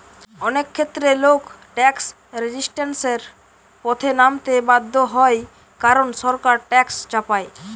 অনেক ক্ষেত্রে লোক ট্যাক্স রেজিস্ট্যান্সের পথে নামতে বাধ্য হয় কারণ সরকার ট্যাক্স চাপায়